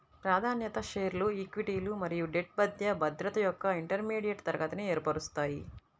ప్రాధాన్యత షేర్లు ఈక్విటీలు మరియు డెట్ మధ్య భద్రత యొక్క ఇంటర్మీడియట్ తరగతిని ఏర్పరుస్తాయి